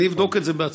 אני אבדוק את זה בעצמי,